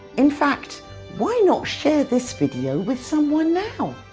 in fact why not share this video with someone now.